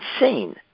insane